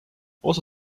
osa